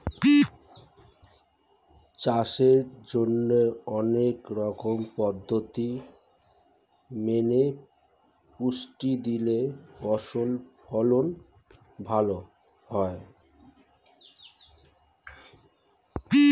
চাষের জন্যে অনেক রকম পদ্ধতি মেনে পুষ্টি দিলে ফসল ফলন ভালো হয়